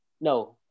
no